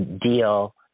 deal